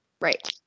right